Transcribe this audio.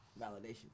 validation